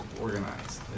organized